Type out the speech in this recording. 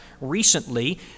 recently